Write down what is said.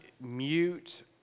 mute